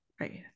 right